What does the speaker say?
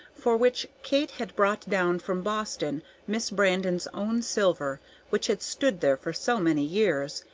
for which kate had brought down from boston miss brandon's own silver which had stood there for so many years,